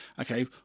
Okay